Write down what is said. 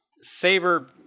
saber